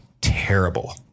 terrible